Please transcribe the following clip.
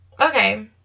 okay